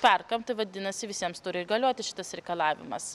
perkam tai vadinasi visiems turi ir galioti šitas reikalavimas